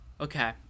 Okay